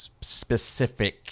specific